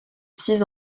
six